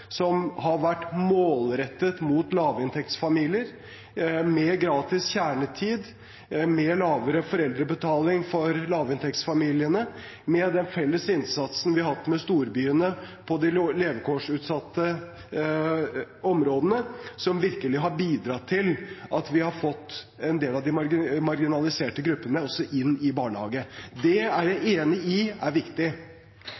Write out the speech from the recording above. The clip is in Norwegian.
som har vært målrettet mot lavinntektsfamilier, med gratis kjernetid, med lavere foreldrebetaling for lavinntektsfamiliene, med den felles innsatsen vi har hatt med storbyene på de levekårsutsatte områdene, som virkelig har bidratt til at vi har fått en del av de marginaliserte gruppene også inn i barnehage. Det er jeg